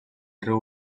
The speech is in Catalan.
riu